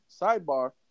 Sidebar